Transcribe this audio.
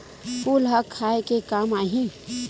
फूल ह खाये के काम आही?